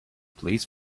please